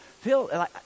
Phil